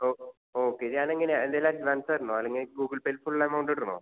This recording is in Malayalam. ഓ ഓക്കേ ഞാൻ എങ്ങനെയാണ് എന്തെങ്കിലും അഡ്വാൻസ് തരണോ അല്ലെങ്കിൽ ഗൂഗിൾ പേയിൽ ഫുൾ എമൗണ്ട് ഇടണോ